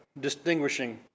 distinguishing